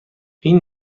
این